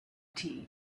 tea